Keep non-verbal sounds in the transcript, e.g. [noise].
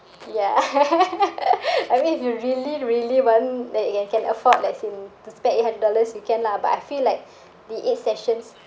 ya [laughs] I mean if you really really want that you can can afford as in to spend eight hundred dollars you can lah but I feel like the eight sessions